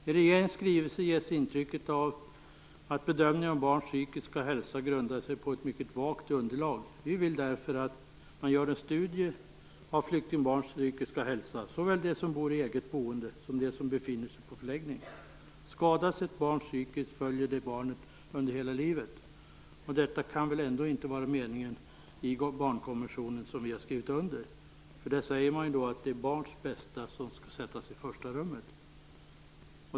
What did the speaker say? I regeringens skrivelse ges intrycket av att bedömningen av barns psykiska hälsa grundar sig på ett mycket vagt underlag. Vi i Folkpartiet vill därför att man gör en studie av flyktingbarns psykiska hälsa, såväl de som bor i eget boende som de som befinner sig på förläggning. Skadas ett barn psykiskt följer det barnet under hela livet. Det kan väl ändå inte vara meningen i den barnkonvention Sverige har skrivit under. Där sägs det att barnens bästa skall sättas i första rummet.